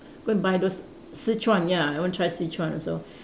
go and buy those Sichuan ya I want try Sichuan also